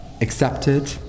accepted